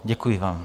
Děkuji vám.